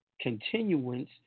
continuance